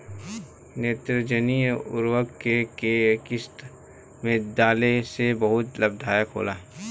नेत्रजनीय उर्वरक के केय किस्त में डाले से बहुत लाभदायक होला?